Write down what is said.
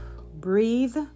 breathe